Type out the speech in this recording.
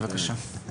בבקשה.